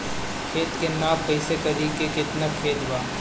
खेत के नाप कइसे करी की केतना खेत बा?